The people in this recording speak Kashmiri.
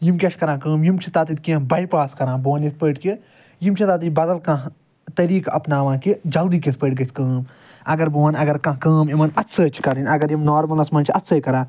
یِم کیٛاہ چھِ کَران کٲم یِم چھِ تَتیٚتھ کیٚنٛہہ باے پاس کَران بہٕ وَنہٕ یِتھ پٲٹھۍ کہِ یِم چھِ تتیٚتھ بَدَل کانٛہہ طریقہٕ اپناوان کہِ جلدی کِتھ پٲٹھۍ گَژھہِ کٲم اگر بہٕ وَنہٕ اگر کانٛہہ کٲم یِمَن اَتھہٕ سۭتۍ چھِ کَرٕنۍ اگر یِم نارمَلَس مَنٛز چھِ اَتھہٕ سۭتۍ کَران